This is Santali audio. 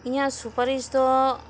ᱤᱧᱟᱹᱜ ᱥᱩᱯᱟᱹᱨᱤᱥ ᱫᱚ